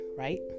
right